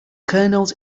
kernels